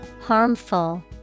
Harmful